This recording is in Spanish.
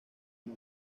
una